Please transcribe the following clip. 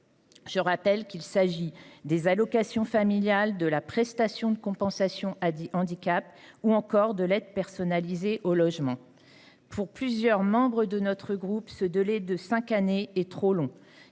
Je rappelle qu’il s’agit des allocations familiales, de la prestation de compensation du handicap (PCH), ou encore des aides personnelles au logement. Plusieurs membres de notre groupe estiment que ce délai de cinq années est trop long.